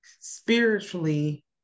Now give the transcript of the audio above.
spiritually